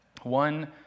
one